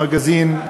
במגזין,